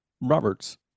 Roberts